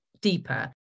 deeper